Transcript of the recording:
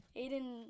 Aiden